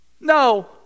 No